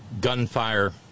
gunfire